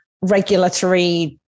regulatory